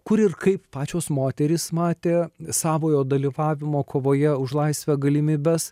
kur ir kaip pačios moterys matė savojo dalyvavimo kovoje už laisvę galimybes